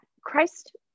Christ